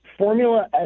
Formula